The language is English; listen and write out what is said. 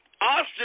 Austin